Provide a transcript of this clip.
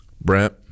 Brent